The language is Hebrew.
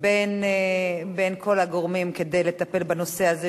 בין כל הגורמים כדי לטפל בנושא הזה,